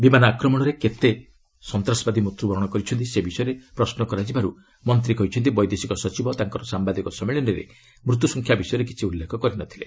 ବିମାନ ଆକ୍ରମଣରେ କେତେ ସନ୍ତାସବାଦୀ ମୃତ୍ୟୁବରଣ କରିଛନ୍ତି ସେ ବିଷୟରେ ପ୍ରଶ୍ନ କରାଯିବାରୁ ମନ୍ତ୍ରୀ କହିଛନ୍ତି ବୈଦେଶିକ ସଚିବ ତାଙ୍କର ସାମ୍ଭାଦିକ ସମ୍ମିଳନୀରେ ମୃତ୍ୟୁସଂଖ୍ୟା ବିଷୟରେ କିଛି ଉଲ୍ଲେଖ କରି ନ ଥିଲେ